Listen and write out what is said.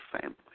family